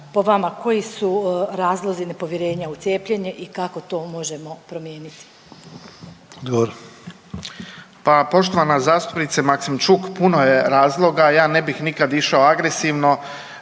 Po vama koji su razlozi nepovjerenja u cijepljenje i kako to možemo promijeniti?